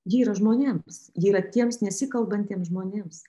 ji yra žmonėms ji yra tiems nekalbantiems žmonėms